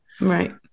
Right